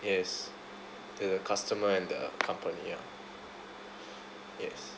yes the customer and the company ah yes